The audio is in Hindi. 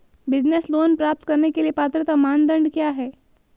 बिज़नेस लोंन प्राप्त करने के लिए पात्रता मानदंड क्या हैं?